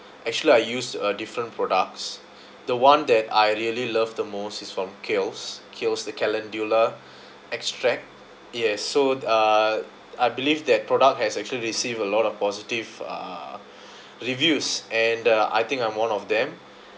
actually I used a different products the one that I really love the most is from Kiehl's Kiehl's the calendula extract yes so uh I believe that product has actually received a lot of positive uh reviews and uh I think I'm one of them